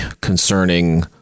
concerning